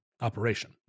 operation